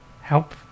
help